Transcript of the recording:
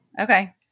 Okay